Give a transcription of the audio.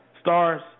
Stars